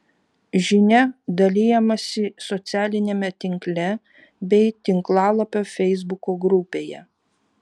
žinia dalijamasi socialiniame tinkle bei tinklalapio feisbuko grupėje